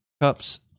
Cups